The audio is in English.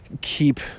keep